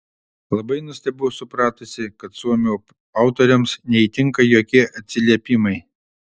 labai nustebau supratusi kad suomių autoriams neįtinka jokie atsiliepimai